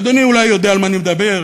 ואדוני אולי יודע על מה אני מדבר.